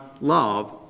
love